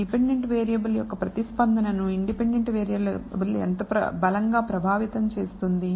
dependent variable యొక్క ప్రతిస్పందనను independent variable ఎంత బలంగా ప్రభావితం చేస్తుంది